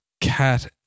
cat